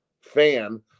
fan